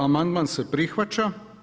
Amandman se prihvaća.